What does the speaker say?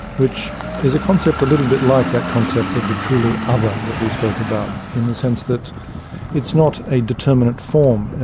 which is a concept a little bit like that concept of the truly other that we spoke about, in the sense that it's not a determinate form.